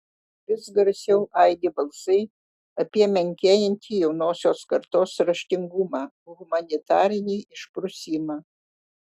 vis garsiau aidi balsai apie menkėjantį jaunosios kartos raštingumą humanitarinį išprusimą